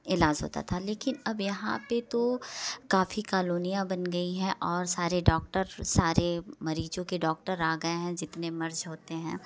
इलाज होता था लेकिन अब यहाँ पे तो काफ़ी कालोनियाँ बन गई हैं और सारे डॉक्टर सारे मरीजों के डॉक्टर आ गए हैं जितने मर्ज होते हैं